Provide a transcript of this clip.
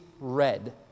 red